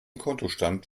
kontostand